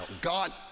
God